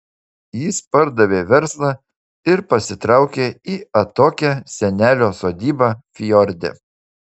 jis pardavė verslą ir pasitraukė į atokią senelio sodybą fjorde